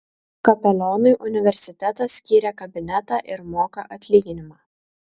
kapelionui universitetas skyrė kabinetą ir moka atlyginimą